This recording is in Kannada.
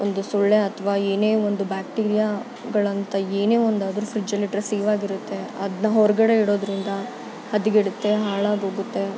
ಒಂದು ಸೊಳ್ಳೆ ಅಥವಾ ಏನೇ ಒಂದು ಬ್ಯಾಕ್ಟೀರಿಯಾಗಳಂಥ ಏನೇ ಒಂದು ಆದರೂ ಫ್ರಿಜ್ಜಲ್ಲಿ ಇಟ್ಟರೆ ಸೇವಾಗಿರುತ್ತೆ ಅದನ್ನ ಹೊರಗಡೆ ಇಡೋದರಿಂದ ಹದಗೆಡುತ್ತೆ ಹಾಳಾಗಿ ಹೋಗುತ್ತೆ